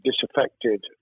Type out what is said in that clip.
disaffected